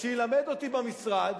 שילמד אותי במשרד,